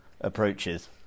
approaches